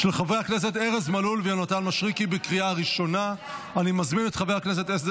אושרה בקריאה הראשונה ותחזור לדיון